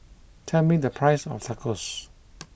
tell me the price of Tacos